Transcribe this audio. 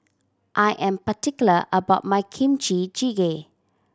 I am particular about my Kimchi Jjigae